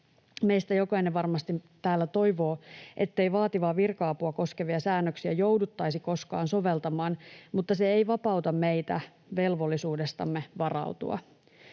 Meistä jokainen täällä varmasti toivoo, ettei vaativaa virka-apua koskevia säännöksiä jouduttaisi koskaan soveltamaan, mutta se ei vapauta meitä velvollisuudestamme varautua.